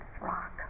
rock